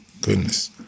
goodness